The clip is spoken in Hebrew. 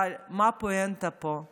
אבל מה הפואנטה פה?